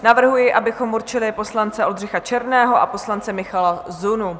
Navrhuji, abychom určili poslance Oldřicha Černého a poslance Michala Zunu.